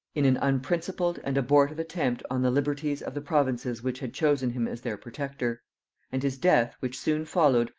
in an unprincipled and abortive attempt on the liberties of the provinces which had chosen him as their protector and his death, which soon followed,